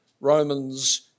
Romans